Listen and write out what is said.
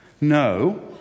No